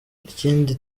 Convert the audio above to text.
ikindi